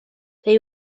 they